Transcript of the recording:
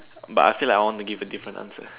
but I feel like I want to give a different answer